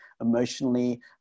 emotionally